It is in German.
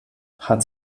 hat